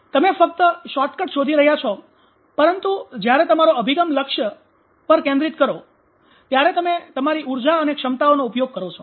તમે ફક્ત શોર્ટકટ શોધી રહ્યા છો પરંતુ જ્યારે તમારો અભિગમ લક્ષ્ય પર કેન્દ્રિત કરો ત્યારે તમે તમારી ઊર્જા અને ક્ષમતાઓનો ઉપયોગ કરો છો